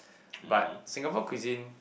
but Singapore cuisine